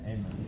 Amen